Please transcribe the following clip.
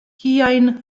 kiajn